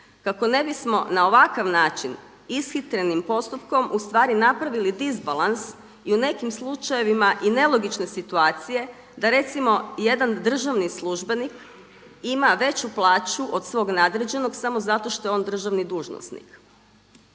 kako ne bismo na ovakav način ishitrenim postupkom ustvari napravili disbalans i u nekim slučajevima i nelogične situacije da recimo jedan državni službenik ima veću plaću od svog nadređenog samo zato što je on državni dužnosnik.